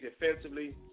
defensively